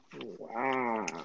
Wow